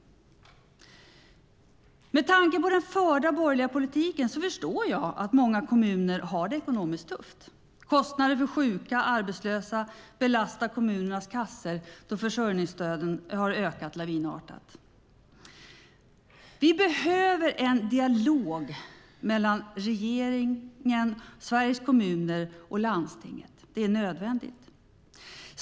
Med tanke på den förda borgerliga politiken förstår jag att många kommuner har det ekonomiskt tufft. Kostnader för sjuka och arbetslösa belastar kommunernas kassor då försörjningsstöden har ökat lavinartat. Vi behöver en dialog mellan regeringen och Sveriges Kommuner och Landsting. En sådan är nödvändig.